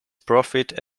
profit